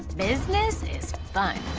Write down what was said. business is fun.